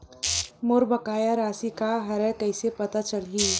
मोर बकाया राशि का हरय कइसे पता चलहि?